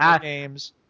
games